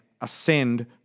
ascend